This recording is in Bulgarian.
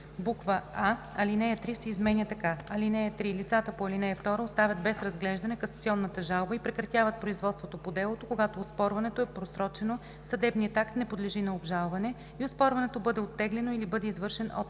213б: а) алинея 3 се изменя така: „(3) Лицата по ал. 2 оставят без разглеждане касационната жалба и прекратяват производството по делото, когато оспорването е просрочено, съдебният акт не подлежи на обжалване и оспорването бъде оттеглено или бъде извършен